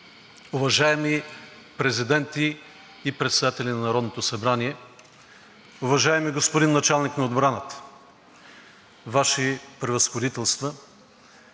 уважаеми президенти и председатели на Народното събрание, уважаеми господин Началник на отбраната, Ваши Превъзходителства,